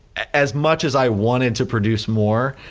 as much as i wanted to produce more,